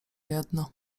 jedno